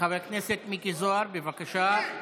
חבר הכנסת מיקי זוהר, בבקשה.